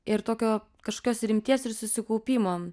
ir tokio kažkokios rimties ir susikaupimo